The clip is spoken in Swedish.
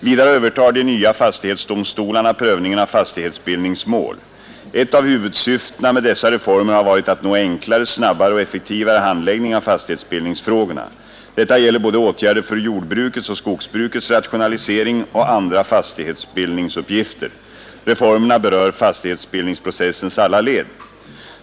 Vidare övertar de nya fastighetsdomstolarna prövningen av fastighetsbildningsmål. Ett av huvudsyftena med dessa reformer har varit att nå enklare, snabbare och effektivare handläggning av fastighetsbildningsfrågorna. Detta gäller både åtgärder för jordbrukets och skogsbrukets rationalisering och andra fastighetsbildningsuppgifter. Reformerna berör fastighetsbildningsprocessens alla led.